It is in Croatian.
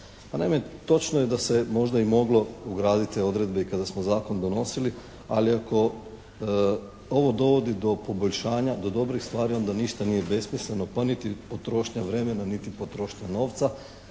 Pa naime, točno je da se možda i moglo ugraditi odredbe i kada smo Zakon donosili, ali ako ovo dovodi do poboljšanja, do dobrih stvari onda ništa nije besmisleno pa niti potrošnja vremena, niti potrošnja novca